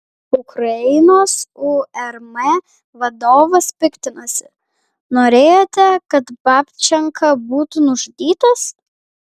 ukrainos urm vadovas piktinasi norėjote kad babčenka būtų nužudytas